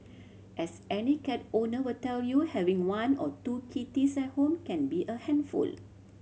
as any cat owner will tell you having one or two kitties at home can be a handful